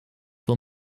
for